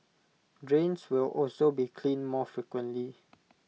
drains will also be cleaned more frequently